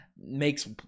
makes